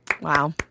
Wow